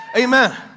Amen